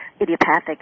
idiopathic